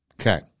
Okay